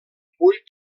vull